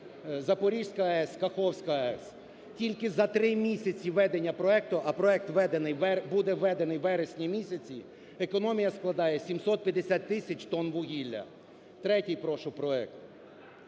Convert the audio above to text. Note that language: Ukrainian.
Запорізька АЕС – Каховська АЕС. Тільки за три місяці введення проекту, а проект буде введений у вересні місяці, економія складає 750 тисяч тонн вугілля. Третій, прошу, проект.